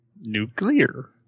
Nuclear